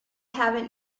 haven’t